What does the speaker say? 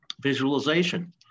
visualization